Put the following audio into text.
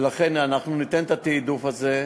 ולכן אנחנו ניתן את התעדוף הזה.